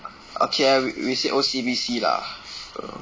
okay ah we will see O_C_B_C lah err